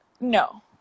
no